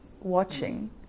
watching